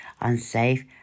unsafe